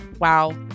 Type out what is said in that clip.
wow